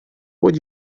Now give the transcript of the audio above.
would